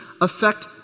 affect